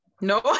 no